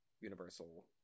universal